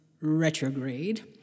retrograde